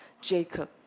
Jacob